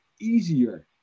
easier